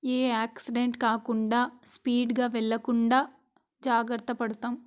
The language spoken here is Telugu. ఏ యాక్సిడెంట్ కాకుండా స్పీడ్గా వెళ్ళకుండా జాగ్రత్త పడతాము